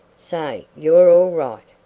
say, you're all right,